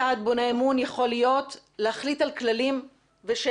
צעד בונה אמון יכול להיות להחליט על כללים ולראות